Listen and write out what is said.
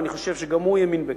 ואני חושב שגם הוא האמין בכך.